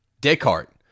Descartes